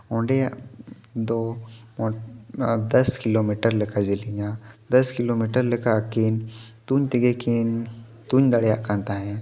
ᱚᱸᱰᱮᱭᱟᱜ ᱫᱚ ᱫᱚᱥ ᱠᱤᱞᱳᱢᱤᱴᱟᱨ ᱞᱮᱠᱟ ᱡᱮᱞᱮᱧᱟ ᱫᱚᱥ ᱠᱤᱞᱳᱢᱤᱴᱟᱨ ᱞᱮᱠᱟ ᱠᱤᱱ ᱛᱩᱧ ᱛᱮᱜᱮ ᱠᱤᱱ ᱛᱩᱧ ᱫᱟᱲᱮᱭᱟᱜ ᱠᱟᱱ ᱛᱟᱦᱮᱫ